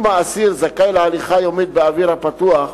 אם האסיר זכאי להליכה יומית באוויר הפתוח,